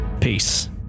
Peace